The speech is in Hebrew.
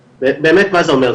באמת מה זה אומר,